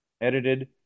edited